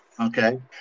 Okay